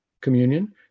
communion